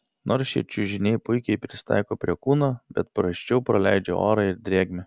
nors šie čiužiniai puikiai prisitaiko prie kūno bet prasčiau praleidžia orą ir drėgmę